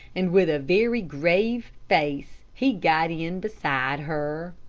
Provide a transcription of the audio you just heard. and with a very grave face he got in beside her.